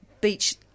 beach